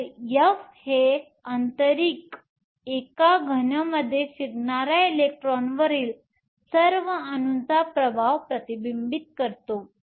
तर F हे आंतरिक एका घन मध्ये फिरणाऱ्या इलेक्ट्रॉनवरील सर्व अणूंचा प्रभाव प्रतिबिंबित करतो